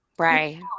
Right